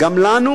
גם לנו